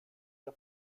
der